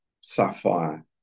sapphire